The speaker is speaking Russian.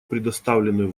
предоставленную